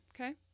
okay